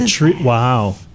Wow